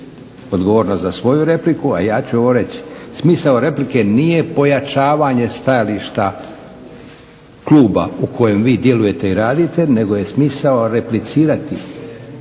odgovornost za svoju repliku a ja ću ovo reći, smisao replike nije pojačavanje stajališta kluba u kojem vi djelujete i radite, nego je smisao replicirati,